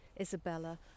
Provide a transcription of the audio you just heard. Isabella